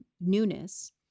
newness